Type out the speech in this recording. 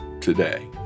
today